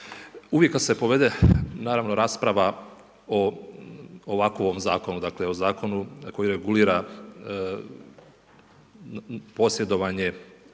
Uvijek kada se povede, naravno rasprava o ovakvom ovom zakonu, dakle o zakonu koji regulira posjedovanje